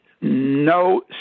no